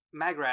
Magrat